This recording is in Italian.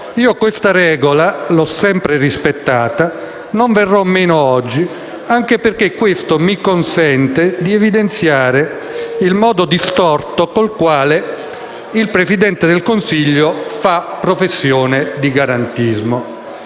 Io questa regola l'ho sempre rispettata e non verrò meno oggi, anche perché questo mi consente di evidenziare il modo distorto con il quale il Presidente del Consiglio fa professione di garantismo.